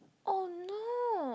oh no